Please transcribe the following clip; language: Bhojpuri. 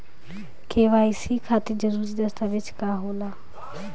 के.वाइ.सी खातिर जरूरी दस्तावेज का का होला?